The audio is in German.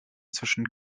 zwischen